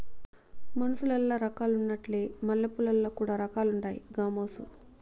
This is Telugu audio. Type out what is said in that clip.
మనుసులల్ల రకాలున్నట్లే మల్లెపూలల్ల కూడా రకాలుండాయి గామోసు